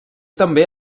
també